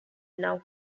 now